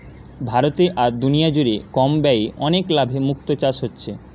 ভারতে আর দুনিয়া জুড়ে কম ব্যয়ে অনেক লাভে মুক্তো চাষ হচ্ছে